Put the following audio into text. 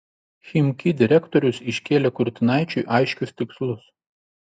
chimki direktorius iškėlė kurtinaičiui aiškius tikslus